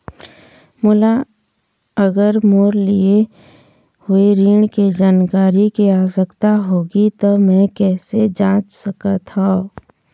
मोला अगर मोर लिए हुए ऋण के जानकारी के आवश्यकता होगी त मैं कैसे जांच सकत हव?